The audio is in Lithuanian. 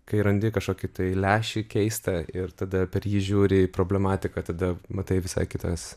kai randi kažkokį tai lęšį keistą ir tada per jį žiūri į problematiką tada matai visai kitas